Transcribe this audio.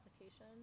application